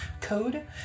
code